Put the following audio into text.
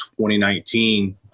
2019